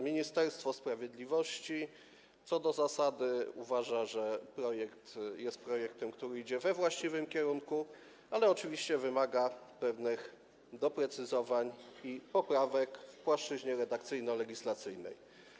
Ministerstwo Sprawiedliwości co do zasady uważa, że projekt jest projektem, który idzie we właściwym kierunku, ale oczywiście wymaga on pewnych doprecyzowań i poprawek w płaszczyźnie redakcyjno-legislacyjnej.